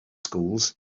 schools